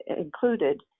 included